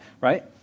right